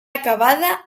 acabada